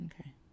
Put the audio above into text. Okay